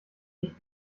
nicht